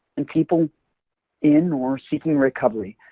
and people in or seeking recovery,